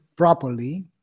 Properly